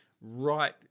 right